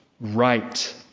right